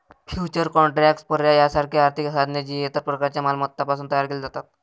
futures contracts, पर्याय यासारखी आर्थिक साधने, जी इतर प्रकारच्या मालमत्तांपासून तयार केली जातात